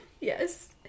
yes